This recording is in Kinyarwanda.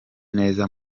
neza